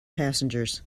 passengers